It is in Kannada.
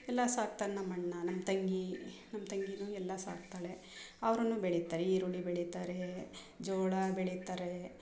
ಎಲ್ಲ ಸಾಕ್ತಾನೆ ನಮ್ಮ ಅಣ್ಣ ನಮ್ಮ ತಂಗಿ ನಮ್ಮ ತಂಗಿನು ಎಲ್ಲ ಸಾಕ್ತಾಳೆ ಅವ್ರು ಬೆಳೀತಾರೆ ಈರುಳ್ಳಿ ಬೆಳೀತಾರೆ ಜೋಳ ಬೆಳೀತಾರೆ